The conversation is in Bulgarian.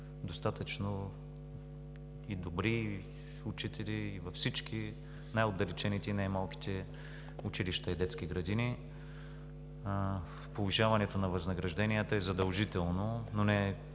достатъчно и добри учители във всички, в най-отдалечените и най-малките училища и детски градини. Повишаването на възнагражденията е задължително, но не е